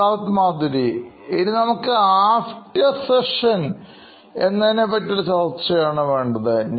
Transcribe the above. Siddharth Maturi CEO Knoin Electronics ഇനി നമുക്ക് after section എന്നതിനെപ്പറ്റിയുള്ള ചർച്ചയാണ് വേണ്ടത്